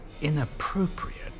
inappropriate